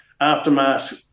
aftermath